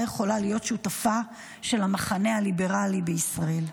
יכולה להיות שותפה של המחנה הליברלי בישראל.